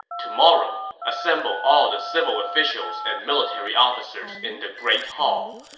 tomorrow, assemble all the civil officials and military officers in the great hall.